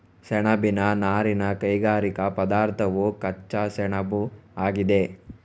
ಸೆಣಬಿನ ನಾರಿನ ಕೈಗಾರಿಕಾ ಪದಾರ್ಥವು ಕಚ್ಚಾ ಸೆಣಬುಆಗಿದೆ